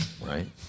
Right